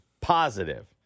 Positive